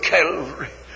Calvary